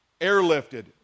airlifted